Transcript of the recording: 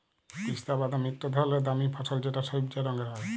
পিস্তা বাদাম ইকট ধরলের দামি ফসল যেট সইবজা রঙের হ্যয়